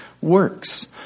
works